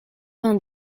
vingt